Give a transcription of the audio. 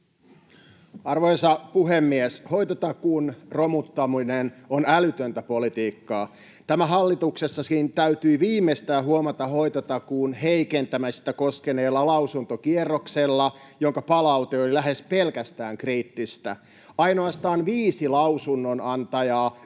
Arvoisa puhemies! Hoitotakuun romuttaminen on älytöntä politiikkaa. Tämä hallituksessakin täytyi huomata viimeistään hoitotakuun heikentämistä koskeneella lausuntokierroksella, jonka palaute oli lähes pelkästään kriittistä. Ainoastaan viisi lausunnonantajaa